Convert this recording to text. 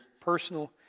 personal